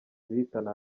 zihitana